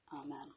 Amen